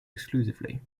exclusively